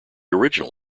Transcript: original